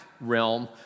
realm